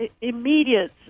immediate